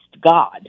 God